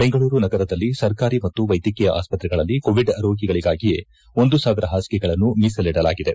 ಬೆಂಗಳೂರು ನಗರದಲ್ಲಿ ಸರ್ಕಾರಿ ಮತ್ತು ವೈದ್ಯಕೀಯ ಆಸ್ತ್ರೆಗಳಲ್ಲಿ ಕೋವಿಡ್ ರೋಗಿಗಳಿಗಾಗಿಯೇ ಒಂದು ಸಾವಿರ ಪಾಸಿಗೆಗಳನ್ನು ಮೀಸಲಿಡಲಾಗಿದೆ